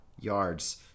yards